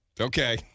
Okay